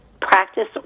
practice